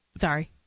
sorry